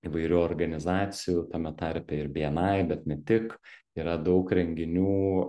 įvairių organizacijų tame tarpe ir bni bet ne tik yra daug renginių